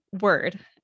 word